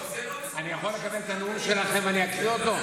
אני יכול לקבל את הנאום שלכם ואני אקריא אותו?